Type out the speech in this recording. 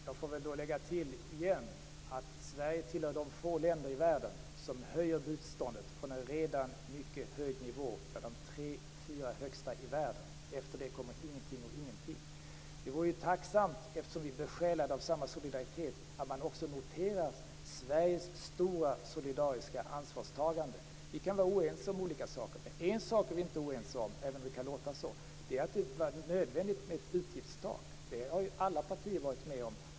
Fru talman! Jag får återigen tillägga att Sverige hör till de få länder i världen som höjer biståndet från en redan mycket hög nivå. Det är bland de tre fyra högsta i världen. Efter det kommer ingenting, och därefter ingenting. Eftersom vi är besjälade av samma solidaritet vore det tacksamt att också notera Sveriges stora solidariska ansvarstagande. Vi kan vara oense om olika saker. Men en sak är vi inte oense om, även om det kan låta så. Det är att det var nödvändigt med ett utgiftstak. Det har alla partier varit med om.